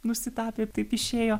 nusitapė taip išėjo